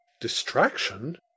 Distraction